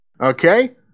Okay